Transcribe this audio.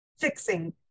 fixing